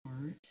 heart